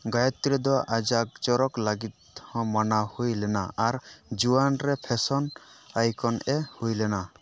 ᱜᱟᱭᱚᱛᱨᱤ ᱫᱚ ᱟᱡᱟᱜᱽ ᱪᱚᱨᱚᱠ ᱞᱟᱹᱜᱤᱫ ᱦᱚᱸ ᱢᱟᱱᱟᱣ ᱦᱩᱭ ᱞᱮᱱᱟ ᱟᱨ ᱡᱩᱣᱟᱹᱱ ᱨᱮ ᱯᱷᱮᱥᱚᱱ ᱟᱭᱠᱚᱱᱮ ᱦᱩᱭᱞᱮᱱᱟ